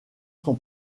son